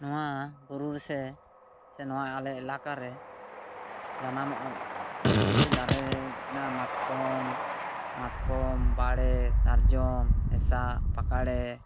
ᱱᱚᱣᱟ ᱵᱩᱨᱩᱨᱮ ᱥᱮ ᱥᱮ ᱱᱚᱣᱟ ᱟᱞᱮ ᱮᱞᱟᱠᱟᱨᱮ ᱡᱟᱱᱟᱢᱚᱜᱼᱟ ᱡᱮ ᱠᱤᱪᱷᱩ ᱫᱟᱨᱮ ᱦᱮᱱᱟᱜᱼᱟ ᱢᱟᱛᱠᱚᱢ ᱢᱟᱛᱠᱚᱢ ᱵᱟᱲᱮ ᱥᱟᱨᱡᱚᱢ ᱦᱮᱸᱥᱟᱜ ᱯᱟᱠᱟᱲᱮ